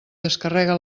descarrega